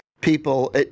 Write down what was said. people